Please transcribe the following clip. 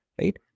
right